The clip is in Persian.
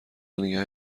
نگه